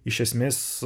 iš esmės